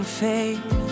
faith